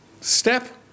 step